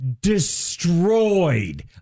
destroyed